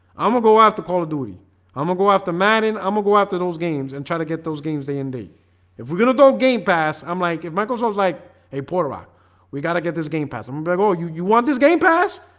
i'm gonna go after call of duty i'm gonna go after madden i'm gonna go after those games and try to get those games they nd and if we're gonna dog game pass i'm like if michael so like a portal rod we gotta get this game pass. remember go you you want this game pass?